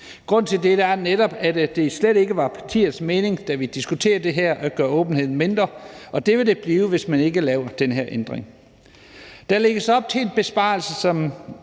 Grunden til dette er netop, at det slet ikke var partiernes mening, da vi diskuterede det her, at gøre åbenheden mindre, og det vil den blive, hvis man ikke laver den her ændring. Der lægges op til en besparelse, som